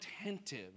attentive